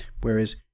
whereas